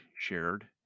shared